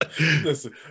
Listen